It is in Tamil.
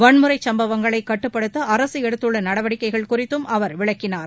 வன்முறை சம்பவங்களை கட்டுப்படுத்த அரசு எடுத்துள்ள நடவடிக்கைகள் குறித்தும் அவர் விளக்கினார்